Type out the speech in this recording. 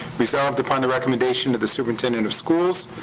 resolved upon the recommendation of the superintendent of schools,